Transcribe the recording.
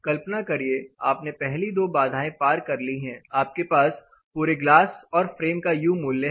कल्पना करिए आपने पहली दो बाधाएं पार कर ली है आपके पास पूरे गलास और फ्रेम का यू मूल्य है